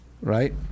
Right